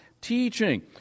teaching